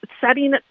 setting